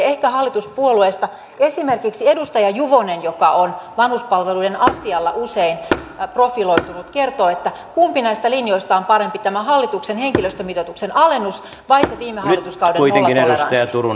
ehkä hallituspuolueista esimerkiksi edustaja juvonen joka on vanhuspalveluiden asialla usein profiloitunut kertoo kumpi näistä linjoista on parempi tämä hallituksen henkilöstömitoituksen alennus vai se viime hallituskauden nollatoleranssi